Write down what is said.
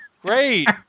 Great